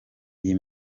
iyi